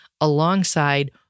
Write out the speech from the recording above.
alongside